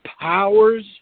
powers